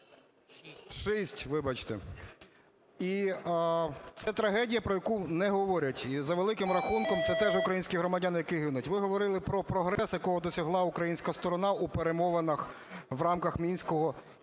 Шість, вибачте. І це трагедія, про яку не говорять. І за великим рахунком, це теж українські громадяни, які гинуть. Ви говорили про прогрес, якого досягла українська сторона у перемовинах в рамках "мінського"